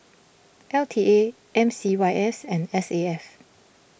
L T A M C Y S and S A F